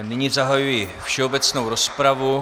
Nyní zahajuji všeobecnou rozpravu.